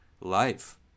life